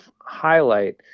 highlight